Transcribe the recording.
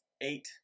eight